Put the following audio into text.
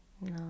No